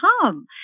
come